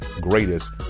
greatest